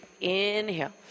inhale